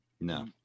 No